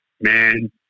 man